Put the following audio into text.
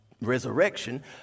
resurrection